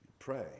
pray